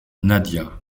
nadia